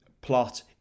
plot